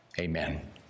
Amen